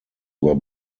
were